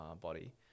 body